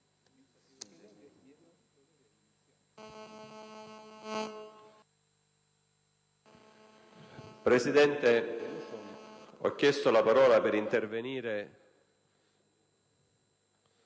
Presidente, ho chiesto la parola per intervenire